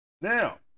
Now